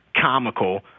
comical